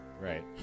Right